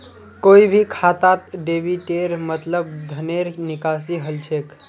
कोई भी खातात डेबिटेर मतलब धनेर निकासी हल छेक